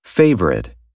favorite